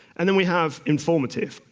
and then we have informative.